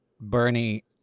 Bernie